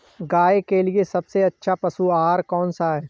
गाय के लिए सबसे अच्छा पशु आहार कौन सा है?